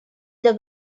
для